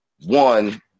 One